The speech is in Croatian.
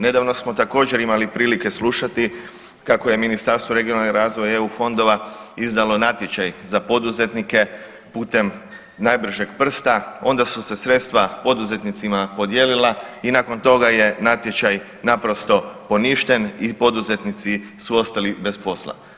Nedavno smo također imali prilike slušati kako je Ministarstvo regionalnog razvoja i EU fondova izdalo natječaj za poduzetnike putem najbržeg prsta, onda su se sredstva poduzetnicima podijelila i nakon toga je natječaj naprosto poništen i poduzetnici su ostali bez posla.